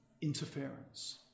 interference